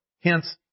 hence